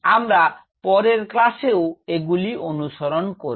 আমরা পরের ক্লাসেও এগুলি অনুসরণ করব